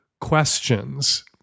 questions